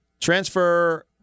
Transfer